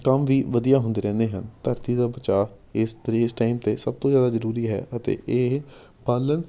ਕੰਮ ਵੀ ਵਧੀਆ ਹੁੰਦੇ ਰਹਿੰਦੇ ਹਨ ਧਰਤੀ ਦਾ ਬਚਾਅ ਇਸ ਤੀ ਇਸ ਟਾਈਮ 'ਤੇ ਸਭ ਤੋਂ ਜ਼ਿਆਦਾ ਜ਼ਰੂਰੀ ਹੈ ਅਤੇ ਇਹ ਬਾਲਣ